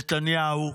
נתניהו,